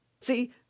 See